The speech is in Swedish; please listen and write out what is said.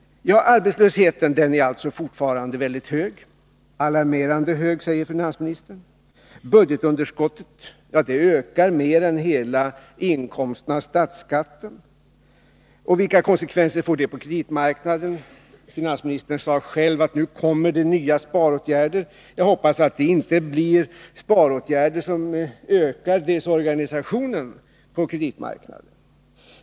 Arbetslösheten är fortfarande väldigt hög — alarmerande hög, säger finansministern. Budgetunderskottet ökar mer än hela inkomsten av statsskatten. Vilka konsekvenser får det på kreditmarknaden? Finansministern sade själv att det nu kommer nya sparåtgärder. Jag hoppas att det inte blirsparåtgärder som ökar desorganisationen på kreditmarknaden.